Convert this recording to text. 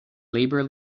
labor